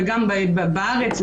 וגם בארץ,